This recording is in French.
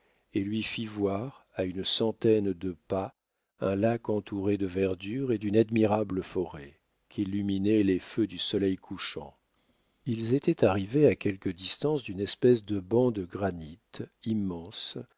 et lui fit voir à une centaine de pas un lac entouré de verdure et d'une admirable forêt qu'illuminaient les feux du soleil couchant ils étaient arrivés à quelque distance d'une espèce de banc de granit immense